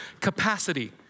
capacity